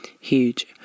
Huge